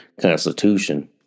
Constitution